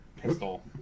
pistol